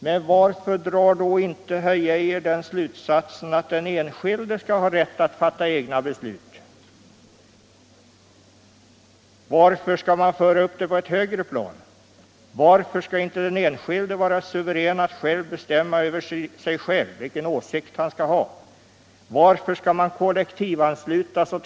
Men varför drar då inte herr Geijer den slutsatsen att den enskilde skall ha rätt att fatta egna beslut? Varför skall man föra upp det på ett högre plan? Varför skall inte den enskilde vara suverän att bestämma vilken åsikt han skall ha utan i stället kollektivanslutas?